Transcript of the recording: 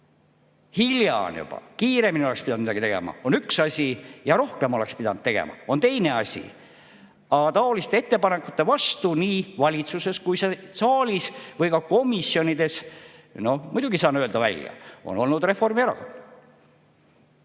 Hilja on juba! Kiiremini oleks pidanud midagi tegema, see on üks asi. Ja rohkem oleks pidanud tegema, see on teine asi. Aga taoliste ettepanekute vastu nii valitsuses kui ka saalis või komisjonides, muidugi saan öelda välja, on olnud Reformierakond.